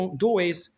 doorways